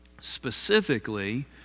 Specifically